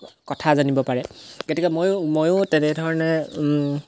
কথা জানিব পাৰে গতিকে ময়ো ময়ো তেনেধৰণে